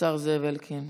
השר זאב אלקין.